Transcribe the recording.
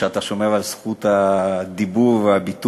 על שאתה שומר על זכות הדיבור והביטוי